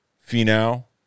Final